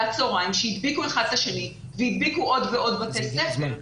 הצוהריים שהדביקו אחד את השני והדביקו עוד ועוד בתי ספר.